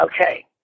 Okay